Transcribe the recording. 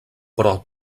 però